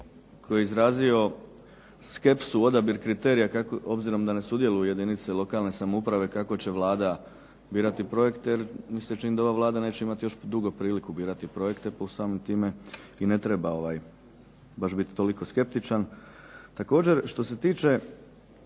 koji je izrazio skepsu, odabir kriterija obzirom da ne sudjeluju jedinice lokalne samouprave kako će Vlada birati projekte jer mi se čini da ova Vlada neće imati još dugo priliku birati projekte, pa samim time i ne treba baš biti toliko skeptičan. Također što se tiče